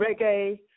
reggae